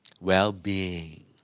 Well-being